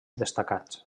destacats